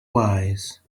wise